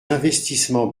investissements